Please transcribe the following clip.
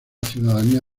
ciudadanía